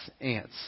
ants